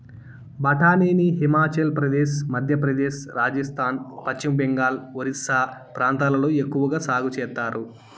బఠానీని హిమాచల్ ప్రదేశ్, మధ్యప్రదేశ్, రాజస్థాన్, పశ్చిమ బెంగాల్, ఒరిస్సా ప్రాంతాలలో ఎక్కవగా సాగు చేత్తారు